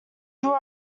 draw